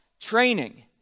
training